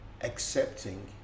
Accepting